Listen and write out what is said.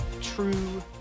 true